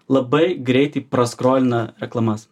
labai greitai praskolina reklamas